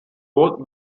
both